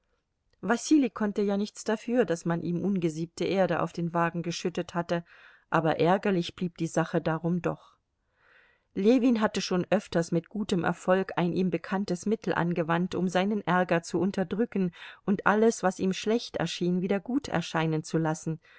wasili konnte ja nichts dafür daß man ihm ungesiebte erde auf den wagen geschüttet hatte aber ärgerlich blieb die sache darum doch ljewin hatte schon öfters mit gutem erfolg ein ihm bekanntes mittel angewandt um seinen ärger zu unterdrücken und alles was ihm schlecht erschien wieder gut erscheinen zu lassen